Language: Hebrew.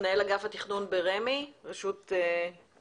מנהל אגף התכנון ברשות מקרקעי